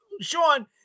Sean